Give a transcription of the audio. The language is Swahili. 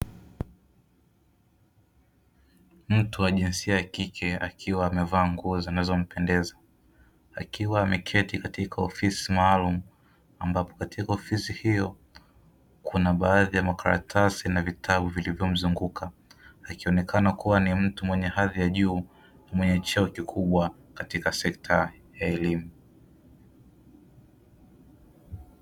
Mtu wa jinsia ya kike akiwa amevaa nguo zinazompendeza akiwa ameketi katika ofisi maalumu, ambapo katika ofisi hiyo kuna baadhi ya makaratasi na vitabu vilivyomzunguka, akionekana kuwa ni mtu mwenye hadhi ya juu mwenye cheo kikubwa katika sekta ya elimu.